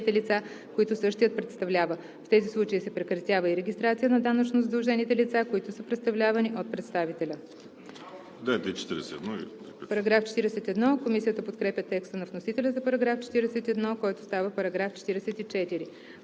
лица, които същият представлява. В тези случаи се прекратява и регистрацията на данъчно задължените лица, които са представлявани от представителя.“ Комисията подкрепя текста на вносителя за § 41, който става § 44.